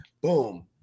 Boom